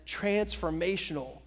transformational